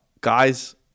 guys